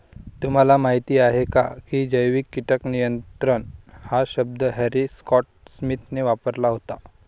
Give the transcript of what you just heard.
तुम्हाला माहीत आहे का की जैविक कीटक नियंत्रण हा शब्द हॅरी स्कॉट स्मिथने वापरला होता?